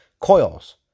coils